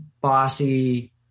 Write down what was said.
bossy